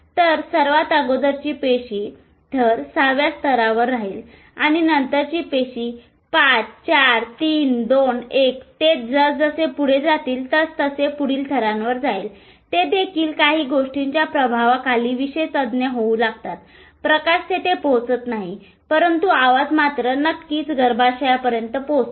तर सर्वात अगोदरची पेशी थर 6 व्य स्तरावर राहील आणि नंतरची पेशी 5432 १ ते जसजसे पुढे जातील तसतसे ते पुढील थरांवर जाईल ते देखील कांही गोष्टींच्या प्रभावाखाली विशेषज्ञ होऊ लागतात प्रकाश तेथे पोहोचत नाही परंतु आवाज मात्र नक्कीच गर्भाशयापर्यंत पोहोचतो